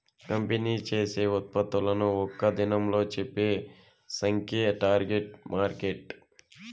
company చేసే ఉత్పత్తులను ఒక్క దినంలా చెప్పే సంఖ్యే టార్గెట్ మార్కెట్